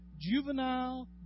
Juvenile